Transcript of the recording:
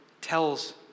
tells